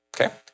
Okay